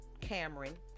Cameron